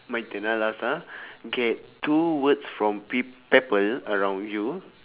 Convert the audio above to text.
my turn ah last ah okay two words from pe~ people around you